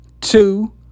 two